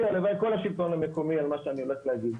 הלוואי כל השלטון המקומי על מה שאני הולך להגיד.